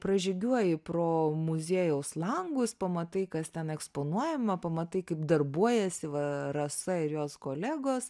pražygiuoji pro muziejaus langus pamatai kas ten eksponuojama pamatai kaip darbuojasi va rasa ir jos kolegos